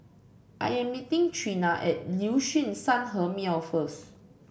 I am meeting Treena at Liuxun Sanhemiao first